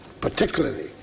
particularly